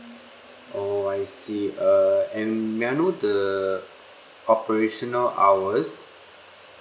oh I see err and may I know the operational hours